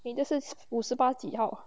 你的是五十八几号啊